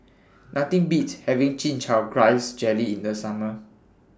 Nothing Beats having Chin Chow Grass Jelly in The Summer